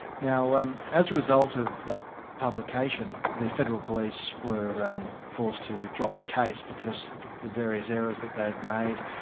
now, um as a result of that publication, the federal police were forced to drop the case, because the various errors that they'd made,